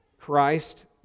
Christ